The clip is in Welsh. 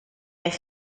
eich